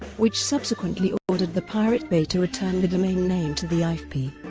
which subsequently ordered the pirate bay to return the domain name to the ifpi.